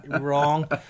wrong